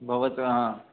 भवतु